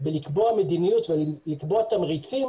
בקביעת מדיניות וקביעת תמריצים